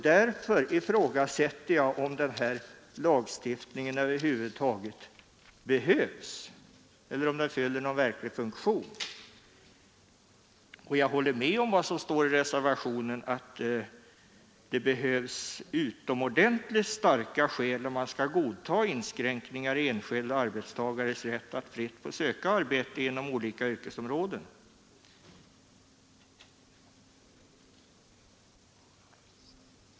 Därför ifrågasätter jag om denna lagstiftning över huvud taget behövs eller om den fyller någon verklig funktion. Jag håller med om vad som står i reservationen att det ”fordras utomordentligt starka skäl om man skall godta inskränkningar i de enskilda arbetstagarnas rätt att fritt få söka arbete inom olika yrkesområden”.